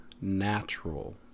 natural